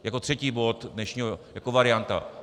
Jako třetí bod dnešního jako varianta.